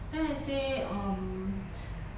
then I say um